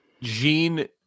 Gene